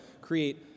create